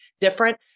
different